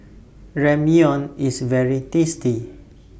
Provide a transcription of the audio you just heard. Ramyeon IS very tasty